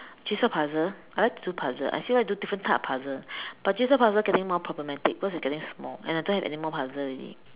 jigsaw puzzle I like to do puzzle I still like to do different type of puzzle but jigsaw puzzle getting more problematic because it is getting small and I don't have anymore puzzle already